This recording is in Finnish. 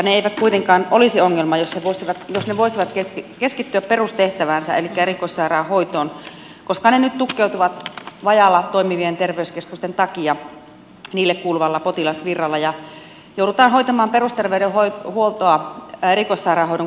ne eivät kuitenkaan olisi ongelma jos ne voisivat keskittyä perustehtäväänsä elikkä erikoissairaanhoitoon koska ne nyt tukkeutuvat vajaalla toimivien terveyskeskusten takia näille kuuluvalla potilasvirralla ja joudutaan hoitamaan perusterveydenhuoltoa erikoissairaanhoidon kustannusrakenteella